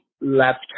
left